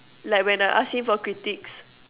like when I asking him for critics